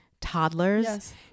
toddlers